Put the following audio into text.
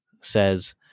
says